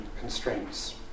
constraints